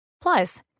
Plus